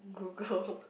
Google